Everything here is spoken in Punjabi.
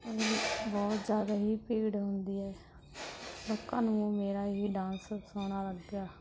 ਇਹਦੇ ਵਿਚ ਬਹੁਤ ਜ਼ਿਆਦਾ ਹੀ ਭੀੜ ਹੁੰਦੀ ਹੈ ਲੋਕਾਂ ਨੂੰ ਮੇਰਾ ਹੀ ਡਾਂਸ ਸੋਹਣਾ ਲੱਗਿਆ